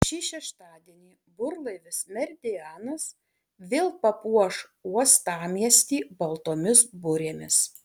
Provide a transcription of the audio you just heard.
šį šeštadienį burlaivis meridianas vėl papuoš uostamiestį baltomis burėmis